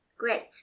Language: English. Great